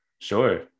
Sure